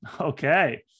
Okay